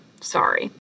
sorry